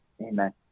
Amen